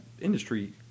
industry